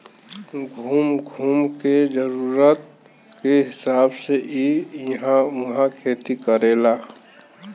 घूम घूम के जरूरत के हिसाब से इ इहां उहाँ खेती करेलन